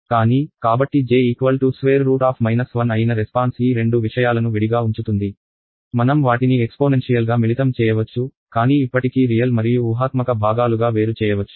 కానీ కాబట్టి j √ 1 అయిన రెస్పాన్స్ ఈ రెండు విషయాలను విడిగా ఉంచుతుంది మన వాటిని ఎక్స్పోనెన్షియల్గా మిళితం చేయవచ్చు కానీ ఇప్పటికీ రియల్ మరియు ఊహాత్మక భాగాలుగా వేరు చేయవచ్చు